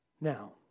Now